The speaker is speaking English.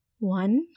One